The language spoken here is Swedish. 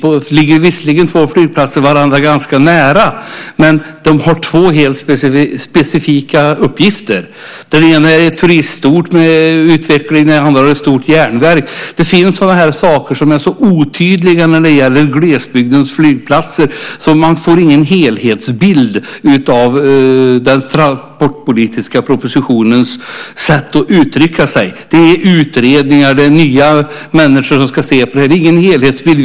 Det ligger visserligen två flygplatser ganska nära varandra, men de har helt olika uppgifter. Den ena flygplatsen ligger på en turistort. Den andra orten har ett stort järnverk. Det finns sådana saker som är så otydliga när det gäller glesbygdens flygplatser att man inte får någon helhetsbild av det som uttrycks i den transportpolitiska propositionen. Det talas om utredningar och om nya människor som ska se på detta. Det finns ingen helhetsbild.